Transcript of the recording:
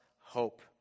hope